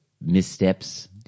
missteps